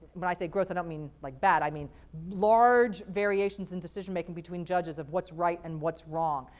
but i say gross, i don't mean like bad, i mean like large variations in decision making between judges of what's right and what's wrong.